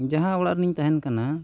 ᱡᱟᱦᱟᱸ ᱚᱲᱟᱜᱨᱮ ᱤᱧ ᱛᱟᱦᱮᱱ ᱠᱟᱱᱟ